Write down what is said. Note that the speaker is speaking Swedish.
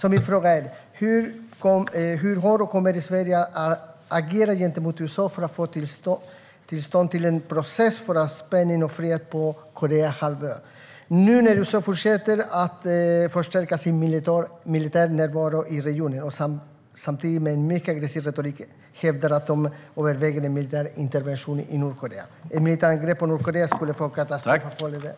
Min fråga är: Hur har Sverige agerat och hur kommer Sverige att agera gentemot USA för att få till stånd en process för avspänning och fred på Koreahalvön? USA, som nu fortsätter att förstärka sin militära närvaro i regionen samtidigt med den mycket aggressiva retoriken, hävdar att man överväger militära interventioner i Nordkorea. Ett militärt angrepp på Nordkorea skulle få katastrofala följder.